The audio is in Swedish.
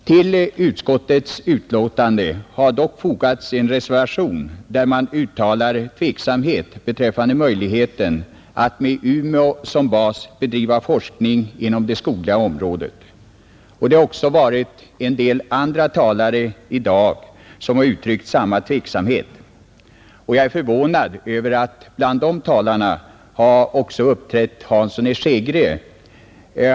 Till utskottets betänkande har dock fogats en reservation, där reservanterna uttalar tveksamhet beträffande möjligheterna att med Umeå som bas bedriva forskning inom det skogliga området. En del andra talare i dag har uttryckt samma tveksamhet. Jag är förvånad över att bland dem också har uppträtt herr Hansson i Skegrie.